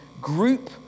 group